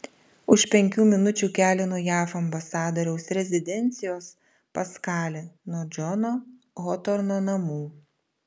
už penkių minučių kelio nuo jav ambasadoriaus rezidencijos paskali nuo džono hotorno namų